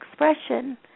expression